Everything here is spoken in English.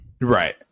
Right